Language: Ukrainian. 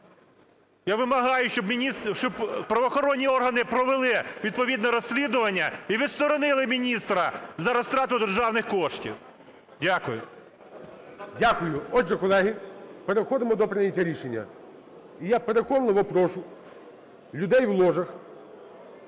Я вимагаю, щоб правоохоронні органи провели відповідне розслідування і відсторонили міністра за розтрату державних коштів. Дякую. ГОЛОВУЮЧИЙ. Отже, колеги, переходимо до прийняття рішення. І я переконливо прошу людей в ложах,